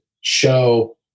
show